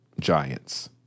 giants